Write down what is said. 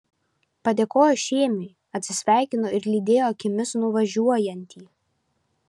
padėkojo šėmiui atsisveikino ir lydėjo akimis nuvažiuojantį